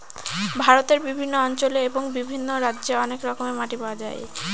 ভারতের বিভিন্ন অঞ্চলে এবং বিভিন্ন রাজ্যে অনেক রকমের মাটি পাওয়া যায়